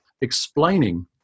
explaining